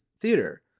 theater